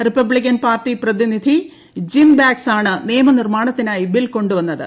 Republican party പ്രതിനിധി Jim Banks ആണ് നിയമനിർമ്മാ്ണത്തിനായി ബിൽ കൊണ്ടുവന്നത്